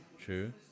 true